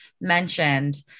mentioned